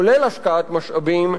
כולל השקעת משאבים,